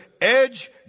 edge